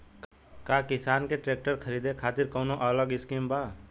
का किसान के ट्रैक्टर खरीदे खातिर कौनो अलग स्किम बा?